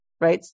right